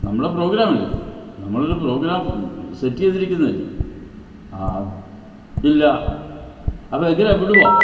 നമ്മുടെ പ്രോഗ്രാമല്ലേ നമ്മളൊരു പ്രോഗ്രാം സെറ്റ് ചെയ്തിരിക്കുന്നതല്ലേ ആ ഇല്ല അപ്പം എങ്ങനാണ് വിടുമോ